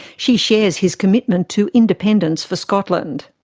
she shares his commitment to independence for scotland.